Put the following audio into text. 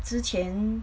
之前